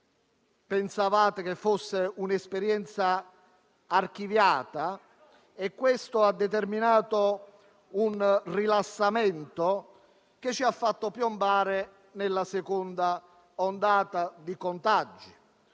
pensavate che il Covid fosse un'esperienza archiviata e questo ha determinato un rilassamento che ci ha fatto piombare nella seconda ondata di contagi.